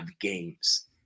games